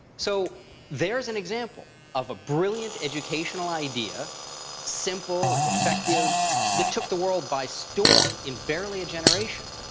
so there's an example of a brilliant educational idea simple and effective that took the world by storm in barely a generation.